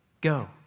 Go